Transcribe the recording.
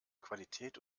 qualität